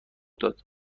داد